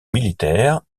militaire